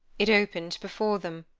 it opened before them,